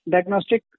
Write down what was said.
Diagnostic